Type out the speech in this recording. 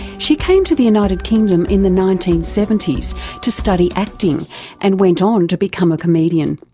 she came to the united kingdom in the nineteen seventy s to study acting and went on to become a comedian.